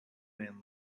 man